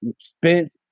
Spence